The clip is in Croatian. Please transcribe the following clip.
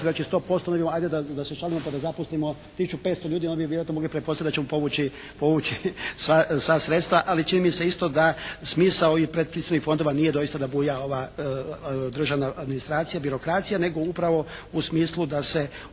učlanimo pa da zaposlimo tisuću 500 ljudi onda bi vjerojatno mogli pretpostaviti da ćemo povući sva sredstva, ali čini mi se isto da smisao ovih predpristupnih fondova nije doista da buja ova državna administracija, birokracija nego upravo u smislu da se